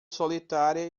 solitária